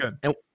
good